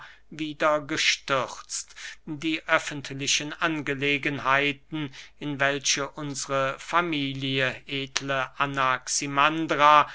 wieder gestürzt die öffentlichen angelegenheiten in welche unsre familie